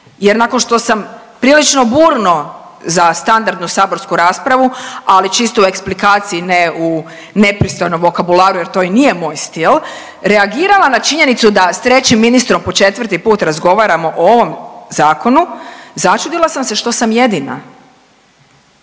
Jer nakon što sam prilično burno za standardnu saborsku raspravu ali čisto u eksplikaciji, ne u nepristojnom vokabularu, jer to i nije moj stil reagirala na činjenicu da s trećim ministrom po četvrti put razgovaramo o ovom zakonu začudila sam se što sam jedina.